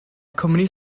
cwmni